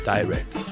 Direct